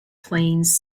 planes